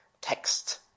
text